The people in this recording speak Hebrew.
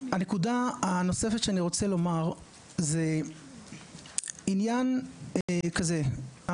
הנקודה הנוספת שאני רוצה לומר זה עניין כזה,